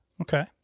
Okay